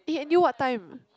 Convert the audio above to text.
eh until what time